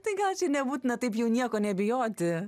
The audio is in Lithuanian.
tai gal nebūtina taip jau nieko nebijoti